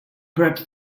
perhaps